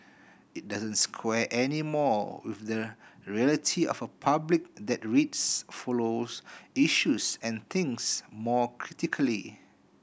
it doesn't square anymore with the reality of a public that reads follows issues and thinks more critically